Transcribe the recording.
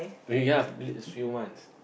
this few months